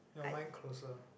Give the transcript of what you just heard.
no mine closer